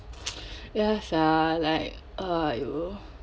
ya sia like !aiyo!